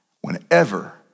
Whenever